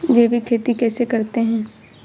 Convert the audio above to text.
जैविक खेती कैसे करते हैं?